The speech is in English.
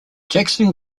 jackson